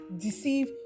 deceive